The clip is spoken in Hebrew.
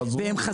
הם יכולים